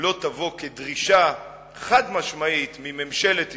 לא תבוא כדרישה חד-משמעית מממשלת ישראל,